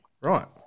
Right